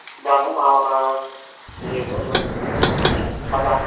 ᱵᱟᱱᱩᱜᱼᱟ ᱚᱱᱟ ᱤᱭᱟᱹ ᱠᱚᱫᱚ ᱦᱩᱸ ᱠᱷᱟᱫᱟᱱ ᱠᱚ